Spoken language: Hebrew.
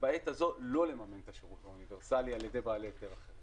ובעת הזו לא לממן את השירות האוניברסלי על ידי בעלי היתר אחרים.